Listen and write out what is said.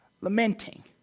lamenting